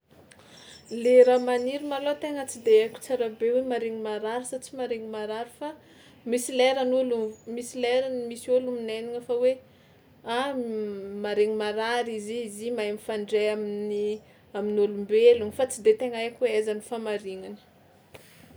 Le raha maniry malôha tegna tsy de haiko tsara be hoe maharegny marary sa tsy maharegny marary fa misy lerany hono misy lerany misy ôlo minaignana fa hoe: ah, maharegny marary izy i, izy i mahay mifandray amin'ny amin'ny ôlombelona fa tsy de tegna haiko hoe aiza ny fahamarignany.